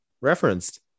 referenced